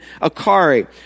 Akari